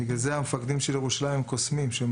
בגלל זה המפקדים של ירושלים הם קוסמים שהם